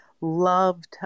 loved